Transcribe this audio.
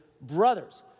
brothers